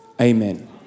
Amen